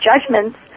judgments